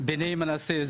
בני מנשה.